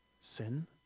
sin